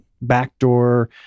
backdoor